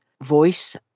voice